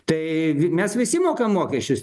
tai vi mes visi mokam mokesčius